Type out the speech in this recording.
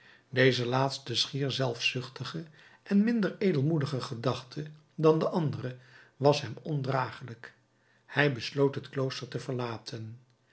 deze laatste schier zelfzuchtige en minder edelmoedige gedachte dan de andere was hem ondragelijk hij besloot het klooster te verlaten